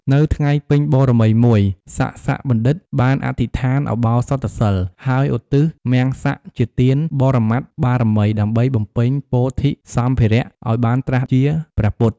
នៅថ្ងៃពេញបរមីមួយ សសបណ្ឌិត បានអធិដ្ឋានឧបោសថសីល ហើយឧទ្ទិសមំសៈជាទានបរមត្ថបារមី ដើម្បីបំពេញពោធិ៍សម្ភារឲ្យបានត្រាស់ជាព្រះពុទ្ធ។